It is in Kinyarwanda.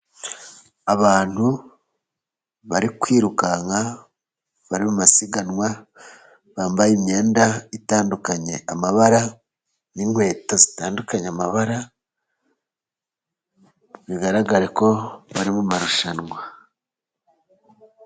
Abantu bari kwirukanka bari mu masiganwa bambaye imyenda itandukanye amabara, n'inkweto zitandukanye amabara, bigaragare ko bari mu marushanwa.